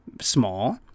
Small